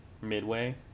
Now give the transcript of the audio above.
Midway